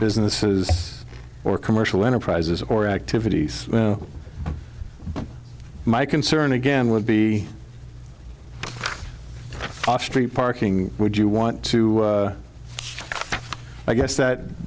businesses or commercial enterprises or activities my concern again would be off street parking would you want to i guess that